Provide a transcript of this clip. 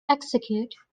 execute